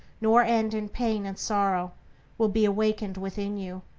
nor end in pain and sorrow will be awakened within you,